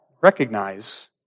recognize